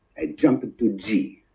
i jump to g.